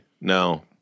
no